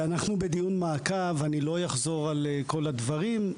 אנחנו בדיון מעקב, ולכן לא אחזור על כל הדברים.